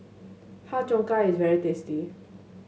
Har Cheong Gai is very tasty